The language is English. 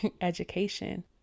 education